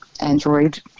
Android